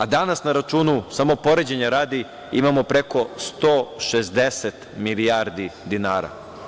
Danas na računu, samo poređenja radi, imamo preko 160 milijardi dinara.